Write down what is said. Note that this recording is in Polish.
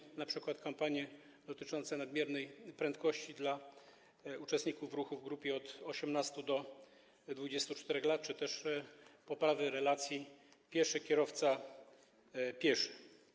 Chodzi np. o kampanie dotyczące nadmiernej prędkości dla uczestników ruchu w grupie od 18 do 24 lat czy też poprawę relacji pieszy - kierowca - pieszy.